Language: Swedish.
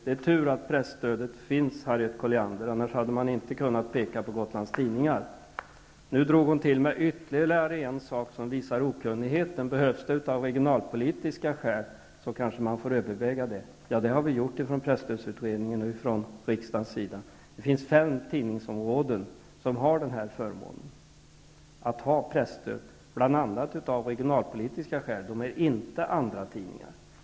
Det är tur att presstödet finns, Harriet Colliander, annars hade man inte kunnat peka på Gotlands Tidningar. Nu drog hon till med ytterligare en sak som visar okunnigheten. Behövs stödet av regionalpolitiska skäl, kanske man får överväga det. Det har vi gjort i presstödsutredningen och i riksdagen. Det finns fem tidningsområden som har förmånen att få presstöd, bl.a. av regionalpolitiska skäl. De är inte andratidningar.